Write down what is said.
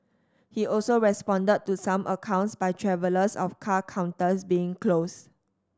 he also responded to some accounts by travellers of car counters being closed